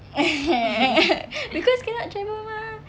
because cannot travel mah